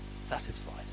satisfied